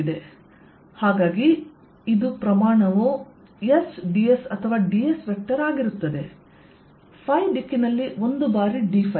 ಆದ್ದರಿಂದ ಇದು ಪ್ರಮಾಣವು S ds ಅಥವಾ ds ವೆಕ್ಟರ್ ಆಗಿರುತ್ತದೆ ದಿಕ್ಕಿನಲ್ಲಿ ಒಂದು ಬಾರಿ dϕ